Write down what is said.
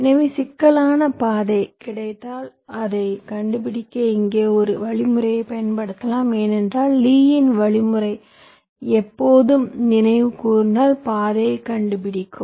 எனவே சிக்கலான பாதை கிடைத்தால் அதைக் கண்டுபிடிக்க இங்கே ஒரு வழிமுறையைப் பயன்படுத்தலாம் ஏனென்றால் லீயின் வழிமுறைLee's Algorithm எப்போதும் நினைவு கூர்ந்தால் பாதையை கண்டுபிடிக்கும்